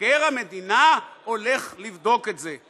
מבקר המדינה הולך לבדוק את זה.